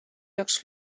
jocs